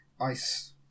ice